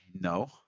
No